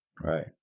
Right